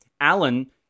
Alan